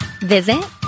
visit